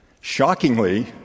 Shockingly